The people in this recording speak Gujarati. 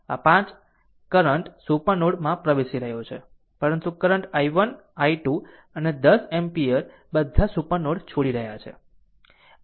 આમ 5 આ કરંટ સુપર નોડ માં પ્રવેશી રહી છે પરંતુ કરંટ i1 i2અને 10 એમ્પીયર બધા સુપર નોડ છોડી રહ્યાં છે